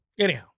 Anyhow